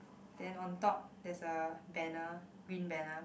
then on top there's a banner green banner